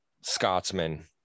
Scotsman